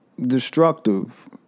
destructive